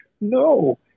No